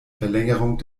verlängerung